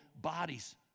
bodies